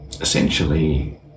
essentially